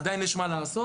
עדיין יש מה לעשות,